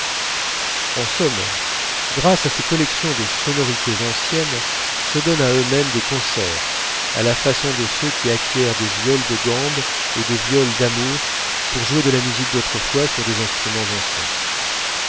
en somme grâce à ces collections de sonorités anciennes se donnent à eux-mêmes des concerts à la façon de ceux qui acquièrent des violes de gambe et des violes d'amour pour jouer de la musique d'autrefois sur des instruments anciens